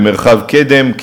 במרחב קדם,